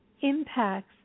impacts